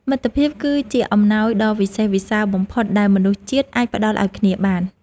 មិត្តភាពគឺជាអំណោយដ៏វិសេសវិសាលបំផុតដែលមនុស្សជាតិអាចផ្ដល់ឱ្យគ្នាបាន។